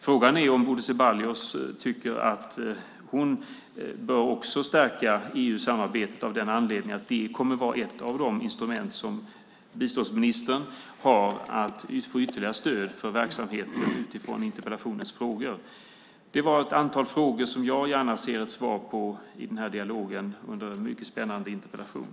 Frågan är om Bodil Ceballos tycker att hon och Miljöpartiet bör stärka EU-samarbetet av den anledningen att EU kommer att vara ett av de instrument som biståndsministern har för att få ytterligare stöd för verksamheter av det slag som det frågas om i interpellationen. Det var ett antal frågor som jag gärna ser ett svar på under dialogen om denna mycket spännande interpellation.